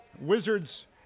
Wizards